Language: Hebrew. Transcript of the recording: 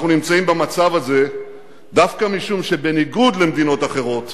אנחנו נמצאים במצב הזה דווקא משום שבניגוד למדינות אחרות